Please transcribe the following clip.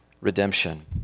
redemption